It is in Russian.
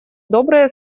добрые